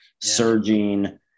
surging